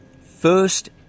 First